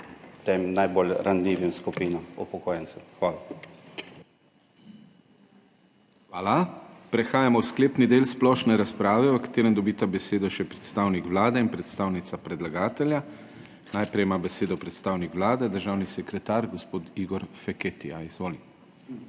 tem najbolj ranljivim skupinam, upokojencem. Hvala. **PODPREDSEDNIK DANIJEL KRIVEC:** Hvala. Prehajamo v sklepni del splošne razprave, v katerem dobita besedo še predstavnik Vlade in predstavnica predlagatelja. Najprej ima besedo predstavnik Vlade, državni sekretar gospod Igor Feketija. Izvoli.